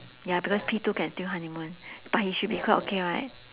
ya because P two can still honeymoon but he should be quite okay right